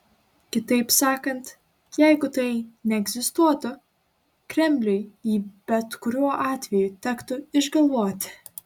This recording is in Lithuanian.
kitaip sakant jeigu tai neegzistuotų kremliui jį bet kurio atveju tektų išgalvoti